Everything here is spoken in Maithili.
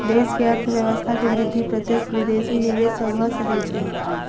देश के अर्थव्यवस्था के वृद्धि प्रत्यक्ष विदेशी निवेश सॅ भ सकै छै